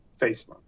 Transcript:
Facebook